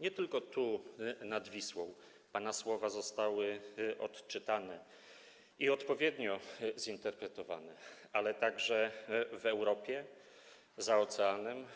Nie tylko tu, nad Wisłą pana słowa zostały odczytane i odpowiednio zinterpretowane, ale także w Europie, za oceanem,